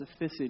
specificity